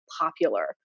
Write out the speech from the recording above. popular